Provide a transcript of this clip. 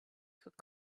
could